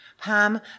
Pam